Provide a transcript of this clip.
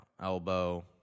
elbow